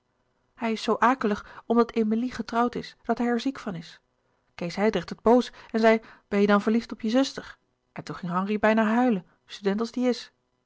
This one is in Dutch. hij is zoo akelig omdat emilie getrouwd is dat hij er ziek van is kees hijdrecht werd boos en zei ben jij dan verliefd op je zuster en toen ging henri bijna huilen student als die is